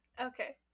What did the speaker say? Okay